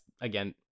again